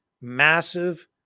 massive